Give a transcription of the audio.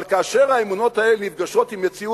אבל כאשר האמונות האלה נפגשות עם מציאות,